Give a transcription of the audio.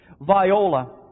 Viola